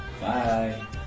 bye